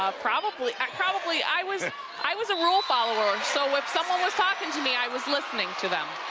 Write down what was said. probably probably. i was i was a rule follower, so if someone was talking to me, i waslistening to them.